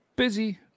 busy